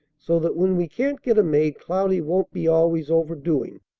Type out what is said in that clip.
so that when we can't get a maid cloudy won't be always overdoing,